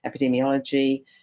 epidemiology